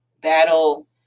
battle